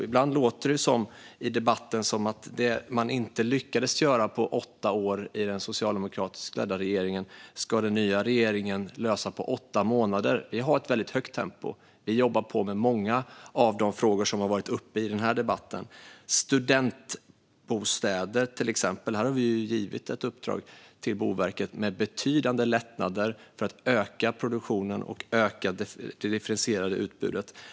Ibland låter det i debatten som att det som den socialdemokratiskt ledda regeringen inte lyckades göra på åtta år ska den nya regeringen lösa på åtta månader. Vi har ett väldigt högt tempo. Vi jobbar på med många av de frågor som har varit uppe i den här debatten. När det till exempel gäller studentbostäder har vi givit ett uppdrag till Boverket med betydande lättnader för att öka produktionen och det differentierade utbudet.